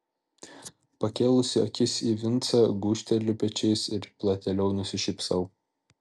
pakėlusi akis į vincą gūžteliu pečiais ir platėliau nusišypsau